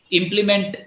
implement